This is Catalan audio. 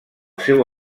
seu